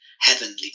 heavenly